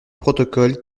protocole